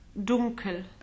Dunkel